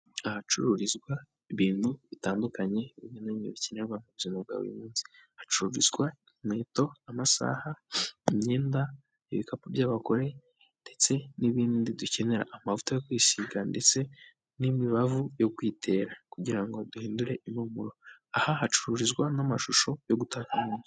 Ahacururizwa ibintu bitandukanye bimwe na bimwe bikenerwa mu buzima bwa buri munsi, hacururizwa inkweto, amasaha, imyenda, ibikapu by'abagore ndetse n'ibindi dukenera amavuta yo kwisiga ndetse n'imibavu yo kwitera, kugira ngo duhindure impumuro, aha hacururizwa n'amashusho yo gutaka mu nzu.